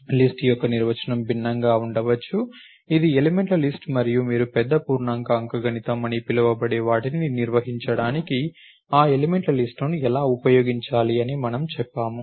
list యొక్క నిర్వచనం భిన్నంగా ఉండవచ్చు ఇది ఎలిమెంట్ల లిస్ట్ మరియు మీరు పెద్ద పూర్ణాంక అంకగణితం అని పిలవబడే వాటిని నిర్వహించడానికి ఆ ఎలిమెంట్ల లిస్ట్ ను ఎలా ఉపయోగించాలి అని మనము చెప్పాము